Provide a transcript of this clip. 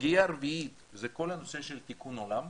סוגיה רביעית זה כל הנושא של תיקון עולם.